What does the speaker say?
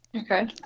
okay